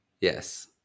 Yes